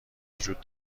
وجود